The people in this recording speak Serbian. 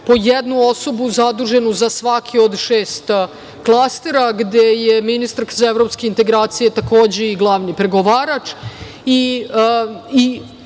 po jednu osobu zaduženu za svaki od šest klastera, gde je ministarka za evropske integracije takođe i glavni pregovarač. Ono